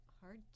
hard